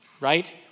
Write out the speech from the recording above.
right